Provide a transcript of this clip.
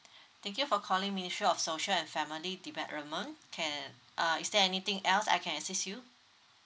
thank you for calling ministry of social and family development can uh is there anything else I can assist you